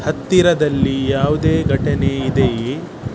ಹತ್ತಿರದಲ್ಲಿ ಯಾವುದೇ ಘಟನೆ ಇದೆಯೇ